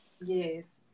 Yes